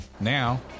Now